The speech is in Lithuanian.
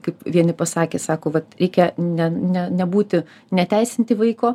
kaip vieni pasakė sako vat reikia ne ne nebūti neteisinti vaiko